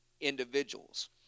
individuals